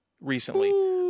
recently